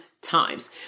times